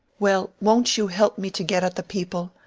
well, won't you help me to get at the people?